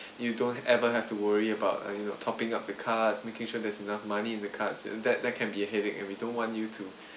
you don't ever have to worry about uh you know topping up the cards making sure there's enough money in the cards and that that can be a headache and we don't want you to